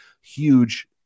huge